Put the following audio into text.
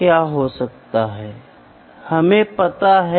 तो यहाँ यह दिलचस्प है आप मापते हैं और फिर आप कोरिलेट करते हैं ठीक है